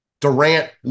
Durant